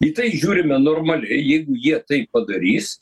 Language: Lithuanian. į tai žiūrime normaliai jeigu jie taip padarys